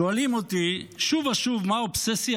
שואלים אותי שוב ושוב: מה האובססיה